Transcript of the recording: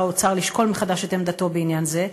האוצר לשקול מחדש את עמדתו בעניין זה,